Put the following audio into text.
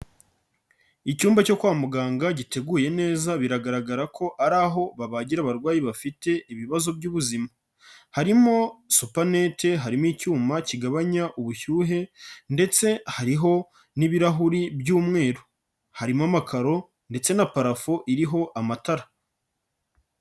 Icyumba cyo kwa muganga giteguye neza biragaragara ko ari aho babagira abarwayi bafite ibibazo by'ubuzima. Harimo supanete, harimo icyuma kigabanya ubushyuhe, ndetse hariho n'ibirahuri by'umweru, harimo amakaro ndetse na parafo iriho amatara.